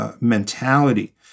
mentality